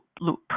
loop